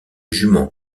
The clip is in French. jument